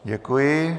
Děkuji.